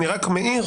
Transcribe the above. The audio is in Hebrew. אני רק מעיר